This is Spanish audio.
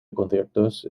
conciertos